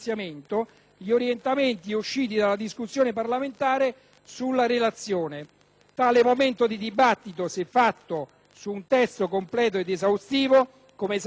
gli orientamenti emersi nella discussione parlamentare sulla relazione. Tale momento di dibattito, se fatto su un testo completo ed esaustivo, come sancisce